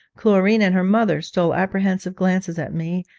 chlorine and her mother stole apprehensive glances at me,